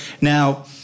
Now